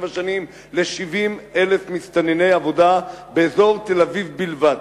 שבע שנים ל-70,000 מסתנני עבודה באזור תל-אביב בלבד.